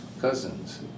cousins